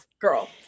Girl